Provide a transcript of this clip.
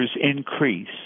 increase